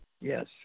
Yes